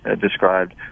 described